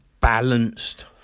balanced